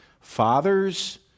Fathers